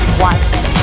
watch